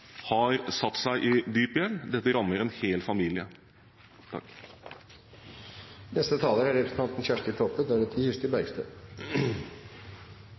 har satt seg i dyp gjeld, dette rammer en hel familie. I dag er